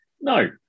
No